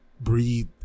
breathe